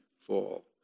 fall